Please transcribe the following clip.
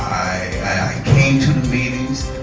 i came to meetings,